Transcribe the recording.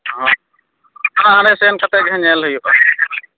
ᱦᱚᱸ ᱛᱟᱦᱞᱮ ᱦᱟᱸᱰᱮ ᱥᱮᱱ ᱠᱟᱛᱮᱫ ᱜᱮ ᱧᱮᱞ ᱦᱩᱭᱩᱜᱼᱟ